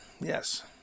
Yes